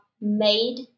Made